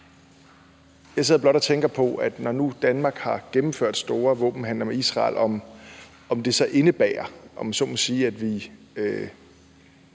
Jeg sidder blot og tænker på, om det, når nu Danmark har gennemført store våbenhandler med Israel, så indebærer, at vi, om man så må sige,